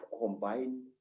combine